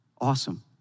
Awesome